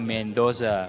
Mendoza